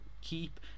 keep